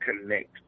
connect